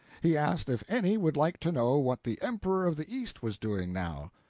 he asked if any would like to know what the emperor of the east was doing now?